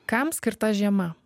kam skirta žiema